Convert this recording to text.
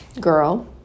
girl